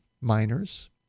miners